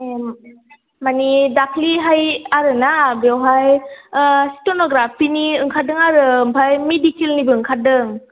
ओ मानि दाखालिहाय आरोना बेवहाय स्टेन'ग्राफिनि ओंखारदों आरो आमफ्राय मेडिकेलनिबो ओंखारदों